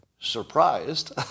surprised